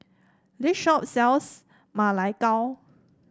this shop sells Ma Lai Gao